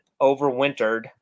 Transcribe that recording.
overwintered